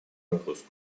нагрузку